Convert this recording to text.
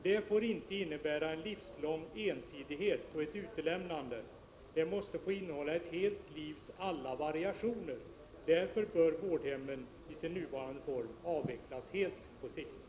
Detta får inte innebära en livslång ensidighet och ett utlämnande. Det måste få innehålla ett helt livs alla variationer. Därför bör vårdhemmen i sin nuvarande form på sikt helt avvecklas.